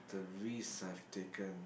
the risk I've taken